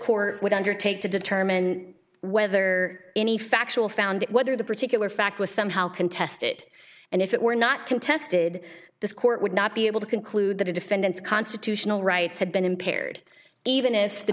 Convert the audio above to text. court would undertake to determine whether any factual found whether the particular fact was somehow contest it and if it were not contested this court would not be able to conclude that a defendant's constitutional rights had been impaired even if the